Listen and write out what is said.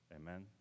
Amen